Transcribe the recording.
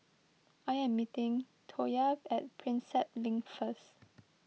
I am meeting Toya at Prinsep Link first